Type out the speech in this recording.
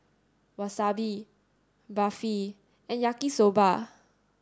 Wasabi Barfi and Yaki Soba